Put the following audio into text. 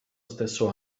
stesso